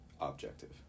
objective